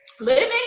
living